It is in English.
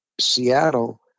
Seattle